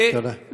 תודה.